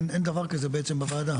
אין דבר כזה, בעצם, בוועדה.